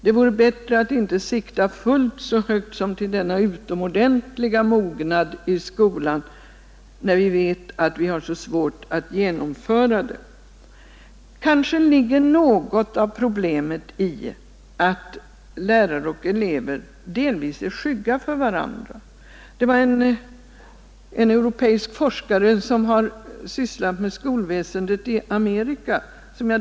Det vore bättre att inte sikta fullt så högt som till denna utomordentliga mognad i skolan, när vi vet att vi har så svårt med genomförandet. Kanske ligger något av problemet i att lärare och elever delvis är skygga för varandra. Jag diskuterade dessa problem med en europeisk forskare som har sysslat med skolväsendet i Amerika.